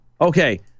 Okay